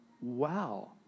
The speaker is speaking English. wow